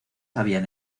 habían